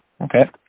okay